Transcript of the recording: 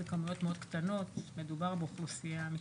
ניצולי השואה הם כמויות קטנות מאוד כי מדובר באוכלוסייה מצטמצמת.